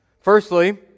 Firstly